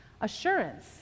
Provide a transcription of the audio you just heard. assurance